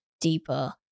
deeper